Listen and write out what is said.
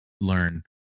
learn